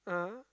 (uh huh)